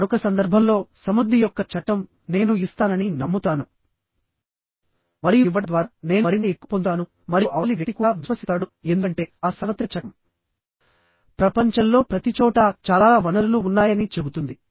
మరొక సందర్భంలో సమృద్ధి యొక్క చట్టం నేను ఇస్తానని నమ్ముతాను మరియు ఇవ్వడం ద్వారా నేను మరింత ఎక్కువ పొందుతాను మరియు అవతలి వ్యక్తి కూడా విశ్వసిస్తాడు ఎందుకంటే ఆ సార్వత్రిక చట్టం ప్రపంచంలో ప్రతిచోటా చాలా వనరులు ఉన్నాయని చెబుతుంది